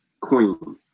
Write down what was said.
queen